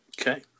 Okay